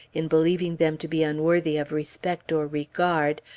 in believing them to be unworthy of respect or regard,